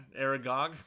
Aragog